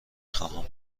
خواهم